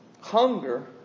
Hunger